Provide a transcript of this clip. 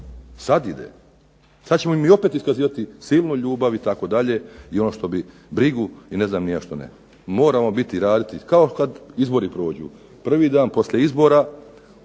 Sad ide. Sad ćemo mi opet iskazivati silnu ljubav itd., i ono što bi brigu i ne znam ni ja što ne. Moramo biti i raditi, kao kad izbori prođu. Prvi dan poslije izbora